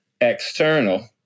external